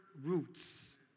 roots